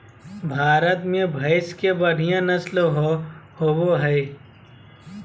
भारत में भैंस के बढ़िया नस्ल होबो हइ